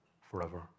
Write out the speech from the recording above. forever